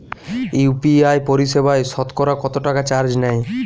UPI পরিসেবায় সতকরা কতটাকা চার্জ নেয়?